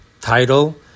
Title